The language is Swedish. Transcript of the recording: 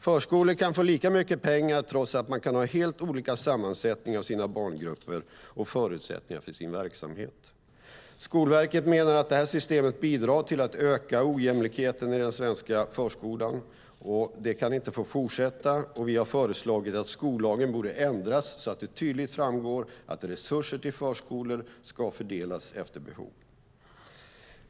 Förskolor kan få lika mycket pengar trots att de kan ha helt olika sammansättning i sina barngrupper och helt olika förutsättningar för sin verksamhet. Skolverket menar att systemet bidrar till att öka ojämlikheten i den svenska förskolan. Det kan inte få fortsätta. Vi har föreslagit att skollagen borde ändras så att det tydligt framgår att resurser till förskolor ska fördelas efter behov.